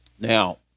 Now